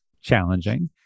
challenging